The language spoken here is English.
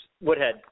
Woodhead